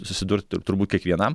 susidurt turbūt kiekvienam